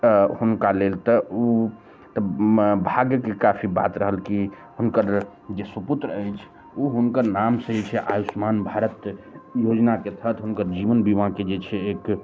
हुनका लेल तऽ ओ तऽ भाग्यके काफी बात रहल कि हुनकर जे सुपुत्र अछि ओ हुनकर नामसे जे छै आयुष्मान भारत योजनाके तहत हुनकर जीवन बीमाके जे छै एक